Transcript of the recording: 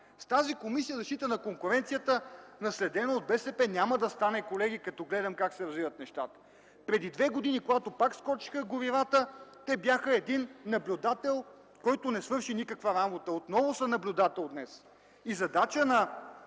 С тази Комисия за защита на конкуренцията, наследена от БСП, няма да стане, колеги, като гледам как се развиват нещата. Преди две години, когато горивата пак скочиха, те бяха един наблюдател, който не свърши никаква работа. И днес отново са наблюдател. Задача на